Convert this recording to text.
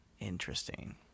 Interesting